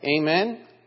Amen